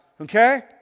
okay